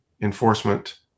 enforcement